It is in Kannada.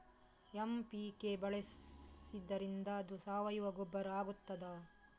ಎಂ.ಪಿ.ಕೆ ಬಳಸಿದ್ದರಿಂದ ಅದು ಸಾವಯವ ಗೊಬ್ಬರ ಆಗ್ತದ?